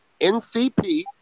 NCP